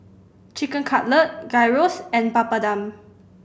Chicken Cutlet Gyros and Papadum